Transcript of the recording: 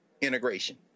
integration